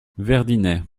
verdinet